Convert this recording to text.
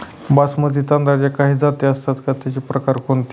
बासमती तांदळाच्या काही जाती असतात का, त्याचे प्रकार कोणते?